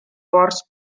forts